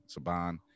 Saban